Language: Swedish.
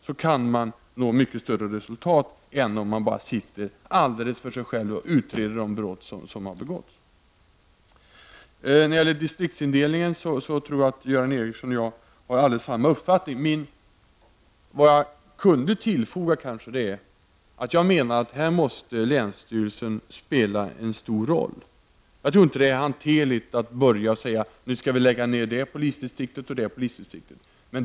Då kan man nå mycket bättre resultat än om man bara sitter alldeles för sig själv och utreder de brott som har begåtts. Jag tror att Göran Ericsson och jag har samma uppfattning när det gäller distriktsindelningen. Vad jag möjligen kunde tillfoga är att jag menar att här måste länsstyrelsen spela en stor roll. Jag tror inte att det blir hanterligt om man börjar säga att vi nu skall lägga ned det och det polisdistriktet.